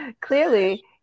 clearly